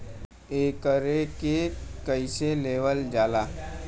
एकरके कईसे लेवल जाला?